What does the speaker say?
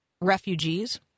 refugees